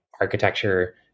architecture